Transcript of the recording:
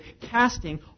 casting